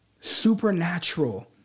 supernatural